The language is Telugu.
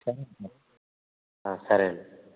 సరేనండి